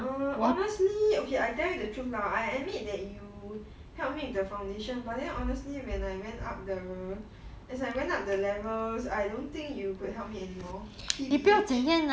err honestly okay I tell you the truth lah I admit that you help me with the foundation but then honestly when I went up there as I went up the levels I don't think you could help me anymore T_B_H